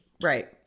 right